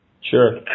Sure